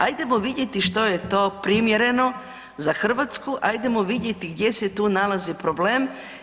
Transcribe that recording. Ajdemo vidjeti što je to primjereno za Hrvatsku, ajdemo vidjeti gdje se tu nalazi problem.